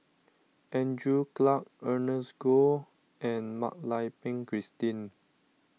Andrew Clarke Ernest Goh and Mak Lai Peng Christine